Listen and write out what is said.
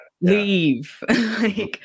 Leave